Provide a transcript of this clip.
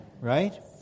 Right